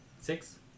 six